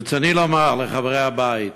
ברצוני לומר לחברי הבית: